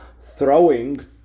throwing